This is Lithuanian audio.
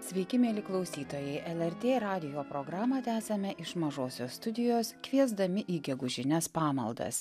sveiki mieli klausytojai lrt radijo programą tęsiame iš mažosios studijos kviesdami į gegužines pamaldas